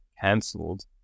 cancelled